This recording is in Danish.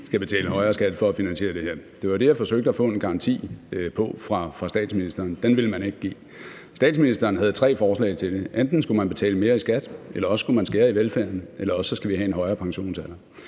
skal betale en højere skat for at finansiere det her. Det var det, jeg forsøgte at få en garanti på fra statsministeren. Den ville man ikke give. Statsministeren havde tre forslag til det: Enten skulle man betale mere i skat, eller også skulle man skære i velfærden, eller også skal vi have en højere pensionsalder.